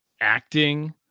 acting